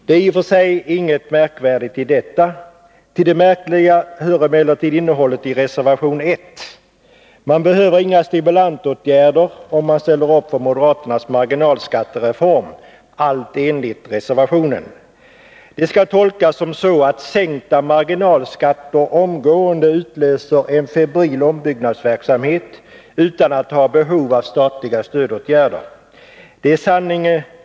Det är i och för sig inget märkvärdigt med detta. Vad som är märkligt är emellertid innehållet i reservation 1. Det behövs inga stimulansåtgärder, om man ställer sig bakom moderaternas marginalskattereform — allt enligt reservationen. Det skall tolkas så, att sänkta marginalskatter omgående utlöser en febril ombyggnadsverksamhet utan att behov av statliga stödåtgärder föreligger.